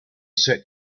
set